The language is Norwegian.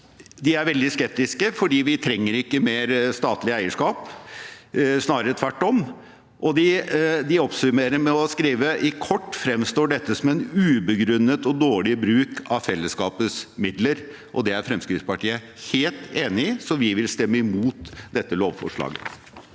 de er veldig skeptiske, fordi vi trenger ikke mer statlig eierskap, snarere tvert om. De oppsummerer med å skrive: «I kort fremstår dette som en ubegrunnet og dårlig bruk av fellesskapets midler.» Det er Fremskrittspartiet helt enig i, så vi vil stemme imot dette lovforslaget.